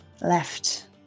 left